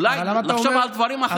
אולי לחשוב על דברים אחרים?